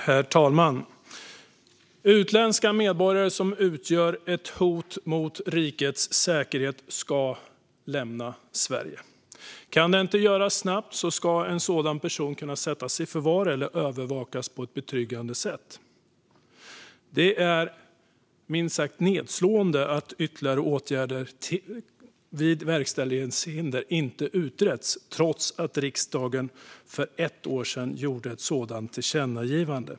Herr talman! Utländska medborgare som utgör ett hot mot rikets säkerhet ska lämna Sverige. Om det inte kan göras snabbt ska en sådan person kunna sättas i förvar eller övervakas på ett betryggande sätt. Det är minst sagt nedslående att ytterligare åtgärder vid verkställighetshinder inte har utretts trots att riksdagen för ett år sedan gjorde ett sådant tillkännagivande.